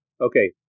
Okay